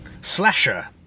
Slasher